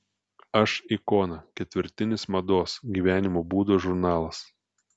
aš ikona ketvirtinis mados gyvenimo būdo žurnalas